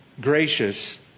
gracious